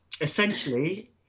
Essentially